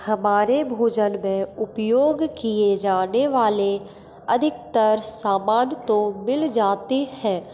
हमारे भोजन में उपयोग किए जाने वाले अधिकतर सामान तो मिल जाते हैं